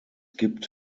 gibt